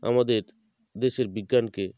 আমাদের দেশের বিজ্ঞানকে